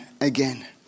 again